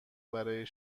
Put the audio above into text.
برای